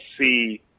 see